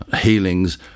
healings